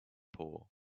poor